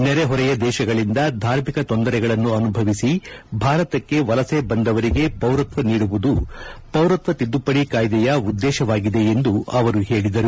ನೆರೆಹೊರೆಯ ದೇಶಗಳಿಂದ ಧಾರ್ಮಿಕ ತೊಂದರೆಗಳನ್ನು ಅನುಭವಿಸಿ ಭಾರತಕ್ಕೆ ವಲಸೆ ಬಂದವರಿಗೆ ಪೌರತ್ವ ನೀಡುವುದು ಪೌರತ್ವ ತಿದ್ದುಪಡಿ ಕಾಯ್ದೆಯ ಉದ್ವೇಶವಾಗಿದೆ ಎಂದು ಹೇಳದರು